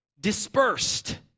dispersed